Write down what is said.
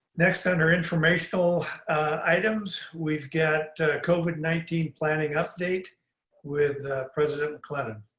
next, under informational items, we've got covid nineteen planning update with president maclennan.